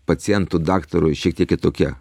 pacientu daktarui šiek tiek kitokie